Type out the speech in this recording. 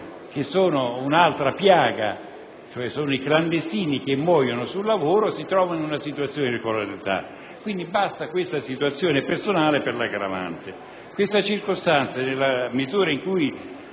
che sono un'altra piaga, perché i clandestini che muoiono sul lavoro si trovano in una situazione di irregolarità. Quindi, basta questa situazione personale per l'aggravante. Questa circostanza, nella misura in cui